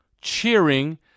cheering